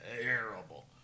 Terrible